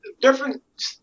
different